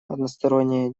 односторонние